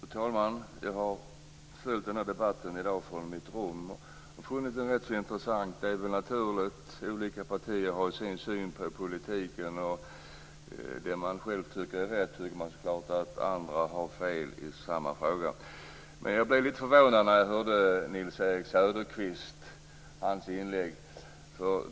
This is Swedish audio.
Fru talman! Jag har följt debatten i dag från mitt rum och funnit den rätt intressant. Det är väl naturligt att olika partier har sin syn på politiken. När man själv tycker att man har rätt, tycker man att andra har fel i samma fråga. Men jag blev litet förvånad när jag hörde Nils-Erik Söderqvists inlägg.